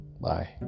Bye